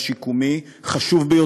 הצעת החוק התקבלה, הכול בסדר.